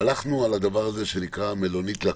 הלכנו על הדבר הזה שנקרא מלונית לכל.